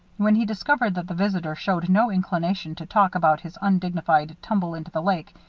when he discovered that the visitor showed no inclination to talk about his undignified tumble into the lake,